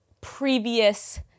previous